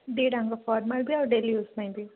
ଦୁଇଟାଙ୍କ formal ବି ଆଉ daily use ପାଇଁ ବି